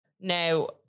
Now